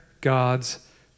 God's